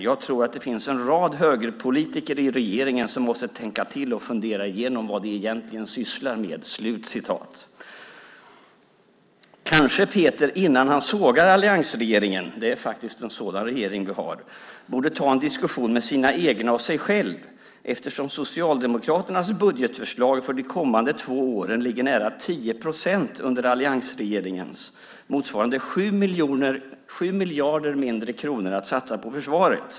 Jag tror det finns en rad högerpolitiker i regeringen som måste tänka till och fundera igenom vad de egentligen sysslar med." Kanske borde Peter innan han sågar alliansregeringen - det är faktiskt en sådan regering vi har - ta en diskussion med sina egna och sig själv, eftersom Socialdemokraternas budgetförslag för de kommande två åren ligger nära 10 procent under alliansregeringens, motsvarande 7 miljarder kronor mindre att satsa på försvaret.